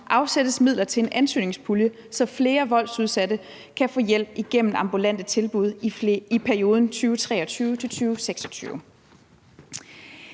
afsættes midler til en ansøgningspulje, så flere voldsudsatte kan få hjælp gennem ambulante tilbud i perioden 2023-2026.